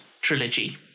trilogy